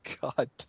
God